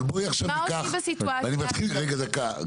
מה עושים בסיטואציה הזאת?